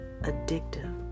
addictive